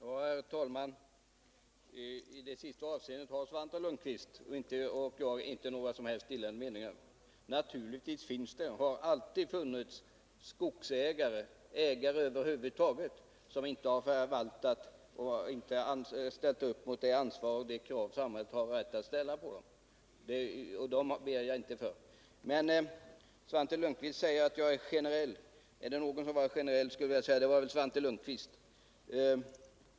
Herr talman! När det gäller det som Svante Lundkvist sist sade har han och jaginte några delade meningar. Naturligtvis finns det, och har alltid funnits, skogsägare — ägare över huvud taget — som inte har motsvarat de krav som samhället har rätt att ställa. Det är inte för dessa personer som jag talar. Svante Lundkvist sade att jag uttalade mig för generellt, men är det någon som har varit generell i sitt resonemang är det väl Svante Lundkvist.